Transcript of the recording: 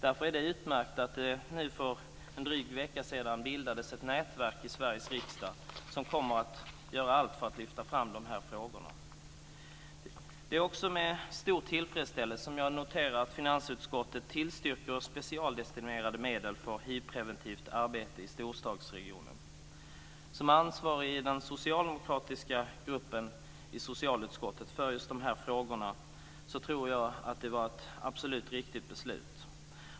Därför är det utmärkt att det för en dryg vecka sedan bildades ett nätverk i Sveriges riksdag som kommer att göra allt för att lyfta fram dessa frågor. Det är också med stor tillfredsställelse som jag noterar att finansutskottet tillstyrker specialdestinerade medel för hivpreventivt arbete i storstadsregionerna. Som ansvarig i den socialdemokratiska gruppen i socialutskottet för dessa frågor tycker jag att det var ett absolut riktigt beslut.